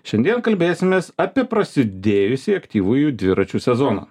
šiandien kalbėsimės apie prasidėjusį aktyvųjį dviračių sezoną